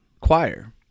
choir